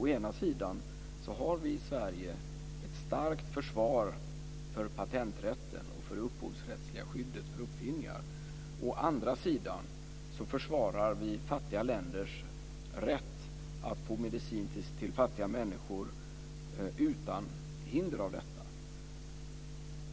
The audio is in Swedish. Å ena sidan har vi i Sverige ett starkt försvar för patenträtten och för det upphovsrättsliga skyddet av uppfinningar. Å andra sidan försvarar vi fattiga länders rätt att få medicin till sina fattiga invånare utan hinder av patenträtten.